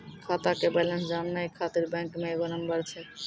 खाता के बैलेंस जानै ख़ातिर बैंक मे एगो नंबर छै?